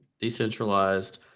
decentralized